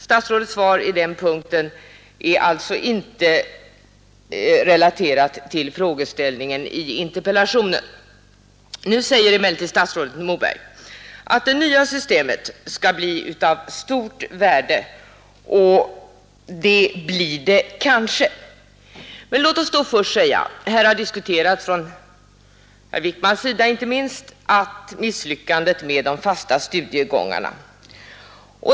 Statsrådets svar på den punkten står alltså inte i relation till frågeställningen i interpellationen. Nu anser emellertid statsrådet Moberg att det nya systemet skall bli av stort värde, och det blir det kanske. Men här har — från herr Wijkmans sida inte minst — diskuterats misslyckandet med de fasta studiegångarna.